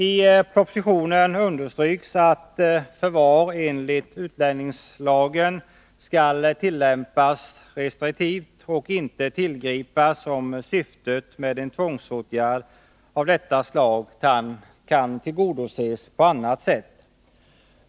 I propositionen understryks att förvarstagande enligt utlänningslagen skall tillämpas restriktivt och inte tillgripas om syftet med en tvångsåtgärd av detta slag kan tillgodoses på annat sätt.